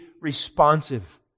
responsive